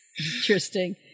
Interesting